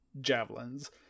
javelins